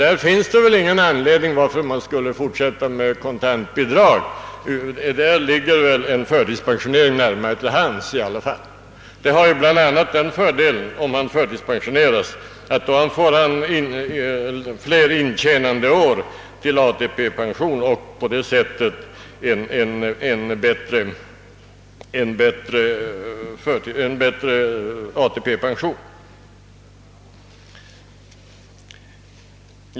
Därvidlag finns det naturligtvis ingen anledning att fortsätta att lämna kontantbidrag, utan i sådana fall ligger en förtidspensionering närmare till hands. Jag tror att det finns mycket starka skäl för att tillsätta en utredning om villkoren för förtidspension. Om man förtidspensioneras har man bl.a. den fördelen, att vederbörande får fler intjänande år till ATP-pension och därigenom en bättre ATP-pension.